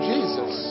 Jesus